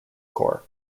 corps